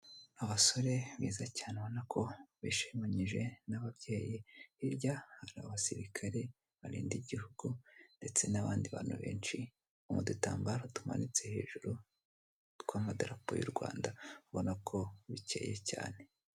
Abasore beza cyane ubona ko bishimanyije n'ababyeyi, hirya hari abasirikare barinda igihugu, ndetse n'abandi benshi, mu udutambaro tumanitse hejuru tw'amadarapo y' u Rwanda, ubona ko bikeye cyane.